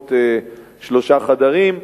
דירות שלושה חדרים,